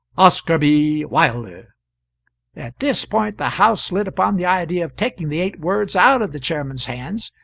oscar b. wilder at this point the house lit upon the idea of taking the eight words out of the chairman's hands.